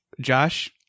Josh